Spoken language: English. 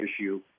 issue